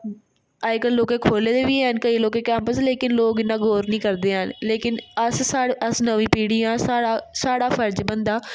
अजकल्ल लोकें खोह्ले दे बी हैन केईं लोकें केम्पस लैकिन लोक इन्ना गौर नेईं करदे लैकिन अस नमीं पीढ़ी आं साढ़ा फर्ज बनदा